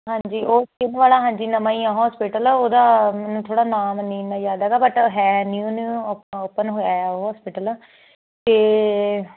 ਹਾਂਜੀ ਉਹ ਸਕਿਨ ਵਾਲਾ ਹਾਂਜੀ ਨਵਾਂ ਹੀ ਆ ਹੋਸਪਿਟਲ ਆ ਉਹਦਾ ਮੈਨੂੰ ਥੋੜਾ ਨਾਮ ਨੀ ਯਾਦ ਹੈਗਾ ਬਟ ਹੈ ਨਿਊ ਓਪਨ ਹੋਇਆ ਆ ਹੋਸਪੀਟਲ ਤੇ